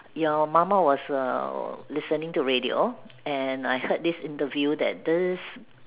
your mama was err listening to radio and I heard this interview that this